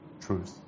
truth